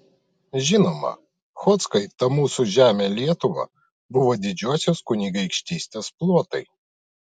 žinoma chodzkai ta mūsų žemė lietuva buvo didžiosios kunigaikštystės plotai